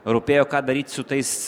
rūpėjo ką daryt su tais